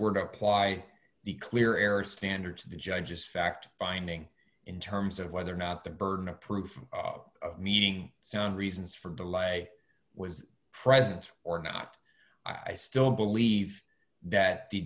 to apply the clear air standard to the judge's fact finding in terms of whether or not the burden of proof of meeting sound reasons for de lay was present or not i still believe that the